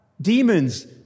demons